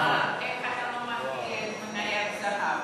איך אתה לא מפעיל את מניית הזהב?